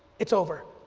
it's over,